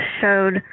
showed